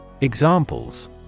Examples